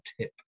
tip